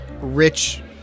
rich